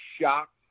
shocked